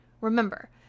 Remember